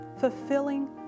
fulfilling